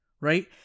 Right